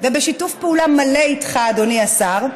ובשיתוף פעולה מלא איתך, אדוני השר.